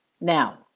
Now